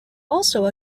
also